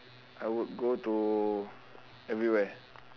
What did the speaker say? I would go to everywhere